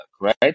Right